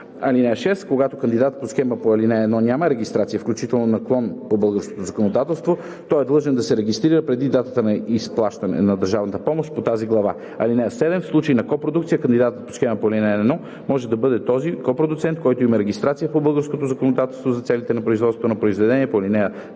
т. 1. (6) Когато кандидат по схемата по ал. 1 няма регистрация, включително на клон по българското законодателство, той е длъжен да се регистрира преди датата на изплащане на държавната помощ по тази глава. (7) В случай на копродукция кандидат по схемата по ал. 1 може да бъде този копродуцент, който има регистрация по българското законодателство за целите на производството на произведение по ал.